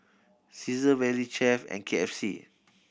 Cesar Valley Chef and K F C